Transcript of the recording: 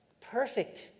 perfect